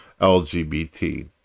LGBT